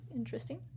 interesting